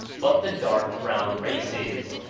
but the dark-brown races.